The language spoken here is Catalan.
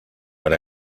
per